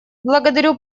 благодарю